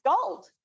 Gold